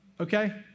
Okay